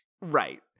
Right